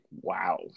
wow